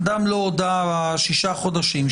אדם לא הודה במשך שישה חודשים,